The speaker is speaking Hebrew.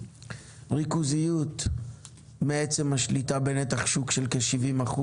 ריכוזיות מעצם השליטה בנתח שוק של כ-70%